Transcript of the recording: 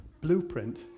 blueprint